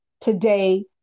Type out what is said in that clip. today